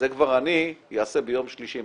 זה כבר אני אעשה ביום שלישי,